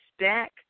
stack